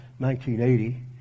1980